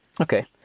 okay